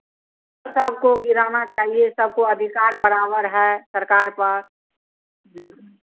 सबको गिराना चाहिए सबको अधिकार बराबर है सरकार पर